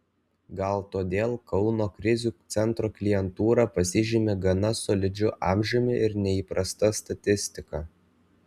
gal todėl kauno krizių centro klientūra pasižymi gana solidžiu amžiumi ir neįprasta statistika